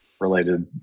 related